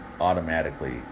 automatically